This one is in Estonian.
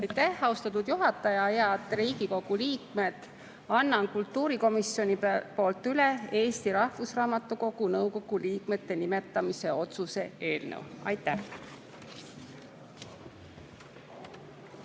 austatud juhataja! Head Riigikogu liikmed! Annan kultuurikomisjoni nimel üle Eesti Rahvusraamatukogu nõukogu liikmete nimetamise otsuse eelnõu. Aitäh!